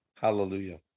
Hallelujah